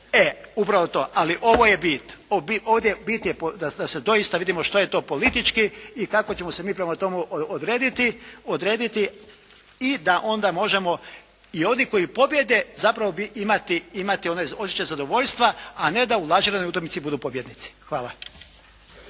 E, upravo to. Ali ovo je bit. Bit je da doista vidimo što je to politički i kako ćemo se mi prema tome odrediti i da onda možemo i oni koji pobijede zapravo imati onaj osjećaj zadovoljstva a ne da u lažiranoj utakmici budu pobjednici. Hvala.